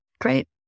Great